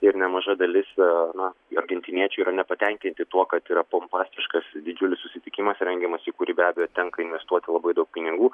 ir nemaža dalis na argentiniečių yra nepatenkinti tuo kad yra pompastiškas didžiulis susitikimas rengiamas į kurį be abejo tenka investuoti labai daug pinigų